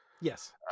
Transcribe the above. Yes